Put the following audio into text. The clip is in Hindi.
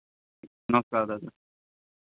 नमस्कार दादा